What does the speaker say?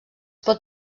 pot